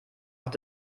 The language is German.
nach